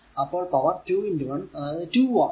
അപ്പോൾ പവർ 2 1 അതായതു 2 വാട്ട്